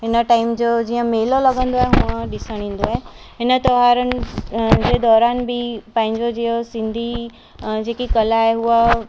हिन टाइम जो जीअं मेलो लॻंदो आहे हुअं ॾिसण ईंदो आहे हिन त्योहारनि जे दौरान बी पंहिंजो जीअं सिंधी जेकी कला आहे उहा